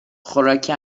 خوراکی